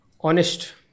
Honest